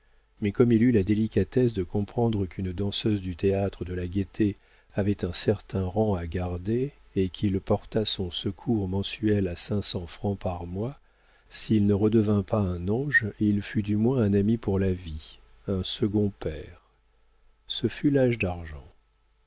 mais comme il eut la délicatesse de comprendre qu'une danseuse du théâtre de la gaîté avait un certain rang à garder et qu'il porta son secours mensuel à cinq cents francs par mois s'il ne redevint pas un ange il fut du moins un ami pour la vie un second père ce fut l'âge d'argent